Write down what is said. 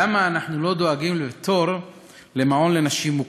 למה אנחנו לא דואגים לפטור למעון לנשים מוכות?